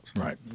right